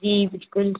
जी बिल्कुल